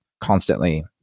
constantly